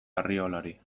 arriolari